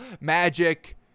magic